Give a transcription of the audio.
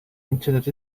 internet